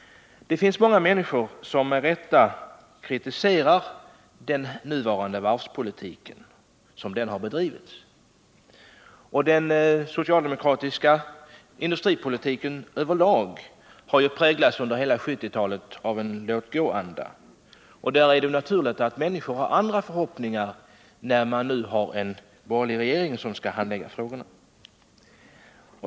Det finns många människor som med rätta kritiserar varvspolitiken som den hittills har bedrivits. Den socialdemokratiska industripolitiken har ju under hela 1970-talet över lag präglats av en låt-gå-anda. Då vi nu har fått en borgerlig regering som skall handlägga frågorna, är det naturligt att människorna hyser förhoppningar om en annan politik.